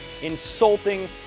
insulting